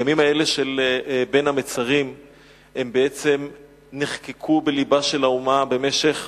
הימים האלה של בין המצרים נחקקו בלבה של האומה במשך